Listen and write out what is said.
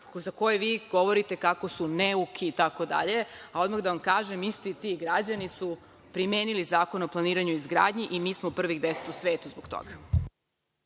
za koje govorite kako su neuki itd. Odmah da vam kažem, isti ti građani su primenili Zakon o planiranju i izgradnji i mi smo u prvih deset u svetu zbog toga.